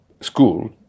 school